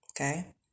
Okay